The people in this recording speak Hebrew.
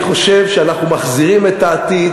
אני חושב שאנחנו מחזירים את העתיד,